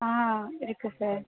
ஆ இருக்குது சார்